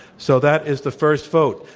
so that is the first vote.